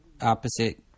opposite